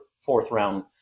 fourth-round